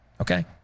Okay